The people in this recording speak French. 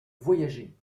voyager